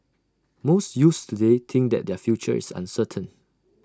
most youths today think that their future is uncertain